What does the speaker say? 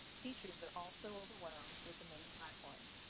teachers are also overwhelmed with many platforms.